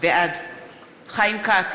בעד חיים כץ,